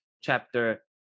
Chapter